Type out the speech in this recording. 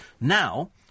Now